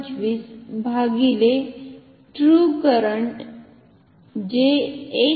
25 भागीले true current जे 1